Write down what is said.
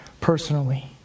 personally